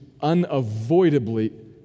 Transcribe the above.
unavoidably